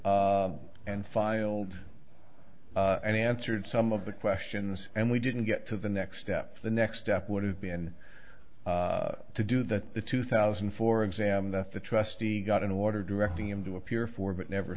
schedule and filed and answered some of the questions and we didn't get to the next step the next step would have been to do that the two thousand and four exam that the trustee got an order directing him to appear for but never